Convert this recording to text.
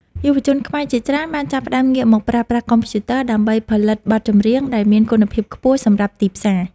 យុវជនខ្មែរជាច្រើនបានចាប់ផ្ដើមងាកមកប្រើប្រាស់កុំព្យូទ័រដើម្បីផលិតបទចម្រៀងដែលមានគុណភាពខ្ពស់សម្រាប់ទីផ្សារ។